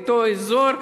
באותו אזור,